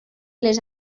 les